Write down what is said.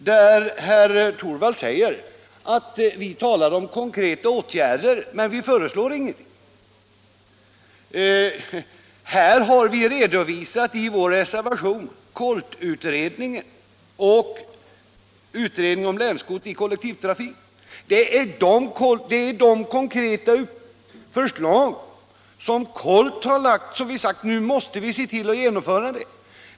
Herr Torwald säger i det sammanhanget att vi talar om konkreta åtgärder men att vi inte föreslår några sådana. Men i vår reservation har vi ju redovisat KOLT utredningen och utredningen om länskort i kollektivtrafik. Vi har ju sagt att vi måste se till att genomföra de konkreta förslag som KOLT utredningen har lagt fram.